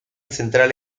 central